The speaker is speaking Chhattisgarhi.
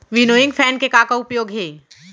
विनोइंग फैन के का का उपयोग हे?